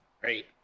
Great